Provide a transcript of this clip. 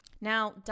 Now